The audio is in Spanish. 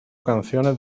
canciones